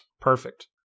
Perfect